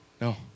No